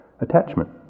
attachment